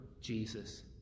jesus